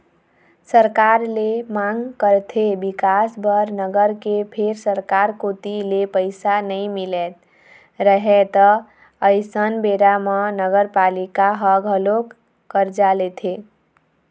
सरकार ले मांग करथे बिकास बर नगर के फेर सरकार कोती ले पइसा नइ मिलत रहय त अइसन बेरा म नगरपालिका ह घलोक करजा लेथे